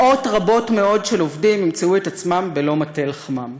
מאות רבות מאוד של עובדים ימצאו את עצמם בלא מטה לחמם,